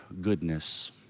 goodness